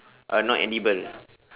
uh not edible